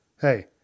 Hey